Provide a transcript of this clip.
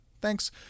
Thanks